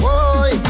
Boy